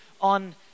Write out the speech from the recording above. on